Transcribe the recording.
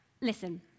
Listen